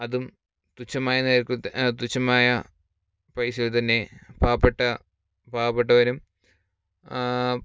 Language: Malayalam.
അതും തുച്ഛമായ നേർക്കരുത്ത് തുച്ഛമായ പൈസയില് തന്നെ പാവപ്പെട്ട പാവപ്പെട്ടവരും